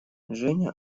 женя